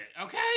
okay